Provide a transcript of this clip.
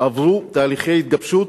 עברו תהליכי התגבשות